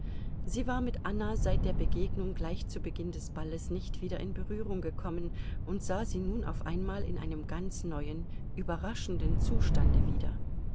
sie war mit anna seit der begegnung gleich zu beginn des balles nicht wieder in berührung gekommen und sah sie nun auf einmal in einem ganz neuen überraschenden zustande wieder